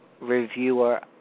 reviewer